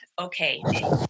okay